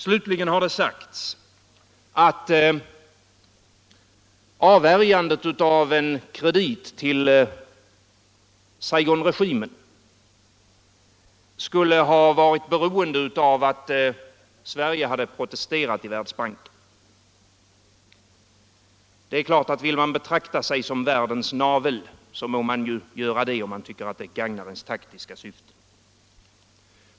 Det har sagts att avvärjandet av en kredit till Saigonregimen skulle ha varit beroende av att Sverige hade protesterat i Världsbanken. Det är klart att vill man betrakta sig som världens navel, så må man göra det, om man tycker att det gagnar ens taktiska syften.